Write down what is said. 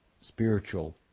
spiritual